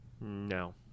No